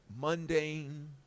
mundane